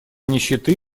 нищеты